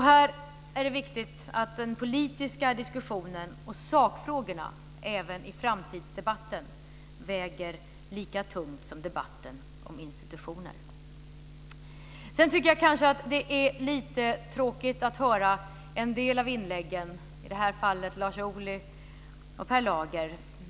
Det är viktigt att den politiska diskussionen och sakfrågorna även i framtidsdebatten väger lika tungt som debatten om institutioner. Sedan tycker jag kanske att det är lite tråkigt att höra en del av inläggen, i det här fallet från Lars Ohly och Per Lager.